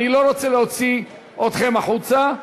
אני לא רוצה להוציא אתכם החוצה,